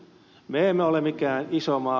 me emme ole mikään iso maa